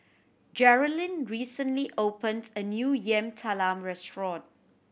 Jerilyn recently opened a new Yam Talam restaurant